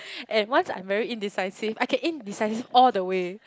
once I'm very indecisive I can indecisive all the way